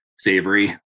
Savory